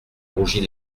rougit